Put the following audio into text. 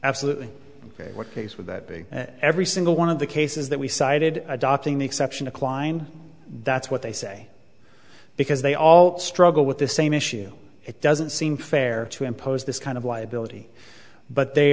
absolutely what case with that big every single one of the cases that we cited adopting the exception of klein that's what they say because they all struggle with the same issue it doesn't seem fair to impose this kind of liability but they